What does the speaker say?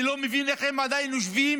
אני לא מבין איך הם עדיין יושבים